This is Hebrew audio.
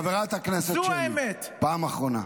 חברת הכנסת שלי, פעם אחרונה.